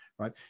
Right